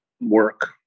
work